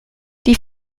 die